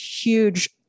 huge